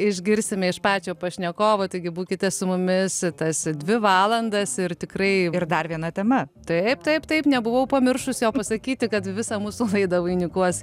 išgirsime iš pačio pašnekovo taigi būkite su mumis tas dvi valandas ir tikrai ir dar viena tema taip taip taip nebuvau pamiršusi pasakyti kad visą mūsų laidą vainikuos